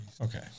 Okay